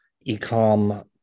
e-com